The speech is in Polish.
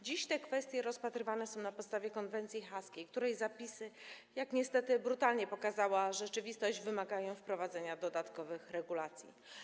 Dziś te kwestie rozpatrywane są na podstawie konwencji haskiej, której zapisy, jak niestety brutalnie pokazała rzeczywistość, wymagają wprowadzenia dodatkowych regulacji.